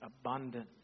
abundant